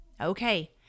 Okay